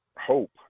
hope